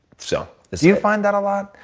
so do you find that a lot?